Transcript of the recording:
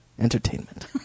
entertainment